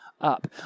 up